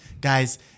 guys